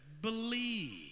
Believe